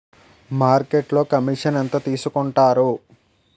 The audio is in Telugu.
మార్కెట్లో కమిషన్ ఎంత తీసుకొంటారు?